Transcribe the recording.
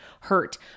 hurt